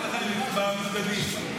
--- במסגדים.